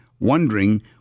wondering